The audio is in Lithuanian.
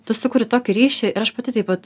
tu sukuri tokį ryšį ir aš pati taip pat